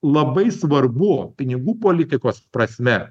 labai svarbu pinigų politikos prasme